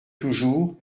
toujours